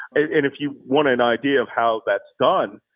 if you want an idea of how that's done,